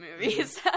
movies